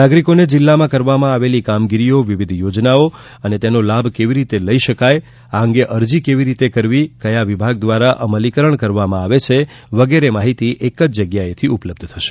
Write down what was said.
નાગરિકોને જિલ્લામાં કરવામાં આવેલી કામગીરીઓ વિવિધ યોજનાઓ તેનો લાભ કેવી રીતે લઇ શકાય અરજી કેવી કરવી કયા વિભાગ દ્રારા અમલીકરણ કરવામાં આવે છે વગેરે માહિતી એક જ જગ્યાએ ઉપલબ્ધ થશે